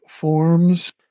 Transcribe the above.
forms